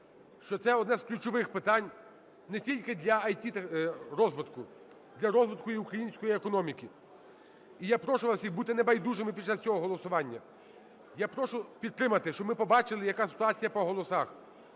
що це одне з ключових питань не тільки для ІТ-розвитку – для розвитку і української економіки. І я прошу вас всіх бути небайдужими під час цього голосування. Я прошу підтримати, щоб ми побачили, яка ситуація по голосах.